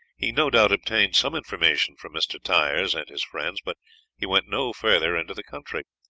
he no doubt obtained some information from mr. tyers and his friends, but he went no further into the country.